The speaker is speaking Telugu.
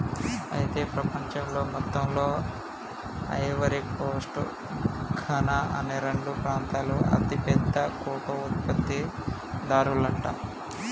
అయితే ప్రపంచంలో మొత్తంలో ఐవరీ కోస్ట్ ఘనా అనే రెండు ప్రాంతాలు అతి పెద్ద కోకో ఉత్పత్తి దారులంట